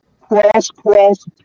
cross-cross